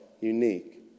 unique